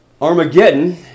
Armageddon